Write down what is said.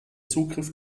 zugriff